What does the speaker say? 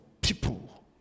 people